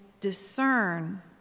discern